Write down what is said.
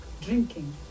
Drinking